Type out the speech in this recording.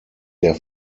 der